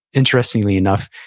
interestingly enough,